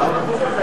הראיות (נוכחות סניגור הנאשם בעת הודיה ושחזור),